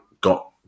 got